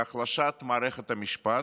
להחלשת מערכת המשפט,